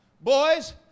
Boys